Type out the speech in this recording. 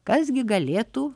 kas gi galėtų